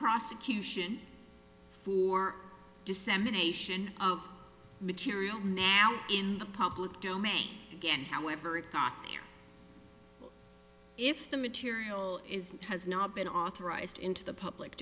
prosecution for dissemination of material now in the public domain again however it cockier if the material is has not been authorized into the public